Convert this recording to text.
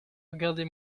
regardez